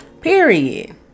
Period